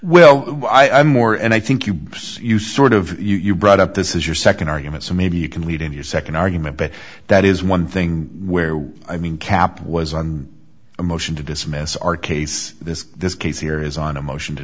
well i am more and i think you you sort of you brought up this is your nd argument so maybe you can lead in your nd argument but that is one thing where i mean cap was on a motion to dismiss our case this this case here is on a motion to